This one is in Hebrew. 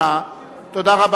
נתקבלה.